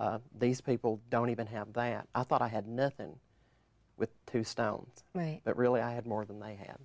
stone these people don't even have that i thought i had nothing with two stone but really i have more than i have